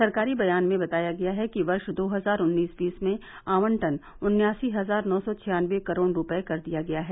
सरकारी बयान में बताया गया है कि वर्ष दो हजार उन्नीस बीस में आवंटन उन्यासी हजार नौ सौ छियानवे करोड़ रुपये कर दिया गया है